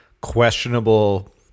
questionable